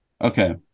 Okay